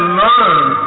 learn